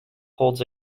holds